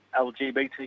LGBT